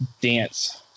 dance